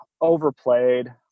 Overplayed